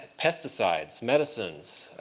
pesticides, medicines,